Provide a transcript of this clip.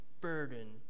burden